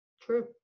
True